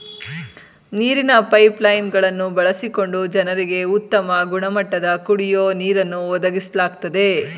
ನೀರಿನ pipeline ಗಳನ್ನು ಬಳಸಿಕೊಂಡು ಜನರಿಗೆ ಉತ್ತಮ ಗುಣಮಟ್ಟದ ಕುಡಿಯೋ ನೀರನ್ನು ಒದಗಿಸ್ಲಾಗ್ತದೆ